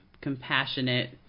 compassionate